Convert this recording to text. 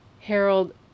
Harold